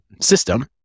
System